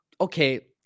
Okay